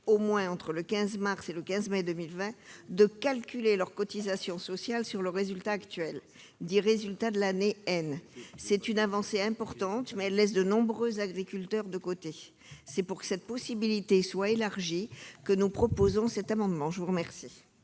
au moins, entre le 15 mars et le 15 mai 2020, de calculer leurs cotisations sociales sur le résultat actuel, dit résultat de l'année N. C'est une avancée importante, mais elle laisse de nombreux agriculteurs de côté. C'est pour que cette possibilité soit élargie que nous proposons le présent amendement. L'amendement